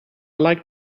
like